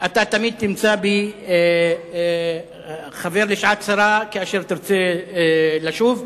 תמיד תמצא בי חבר לשעת צרה כשתרצה לשוב.